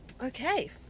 Okay